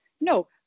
No